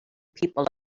people